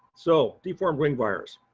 so deformed wing virus.